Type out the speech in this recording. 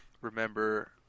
remember